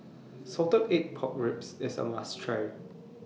Salted Egg Pork Ribs IS A must Try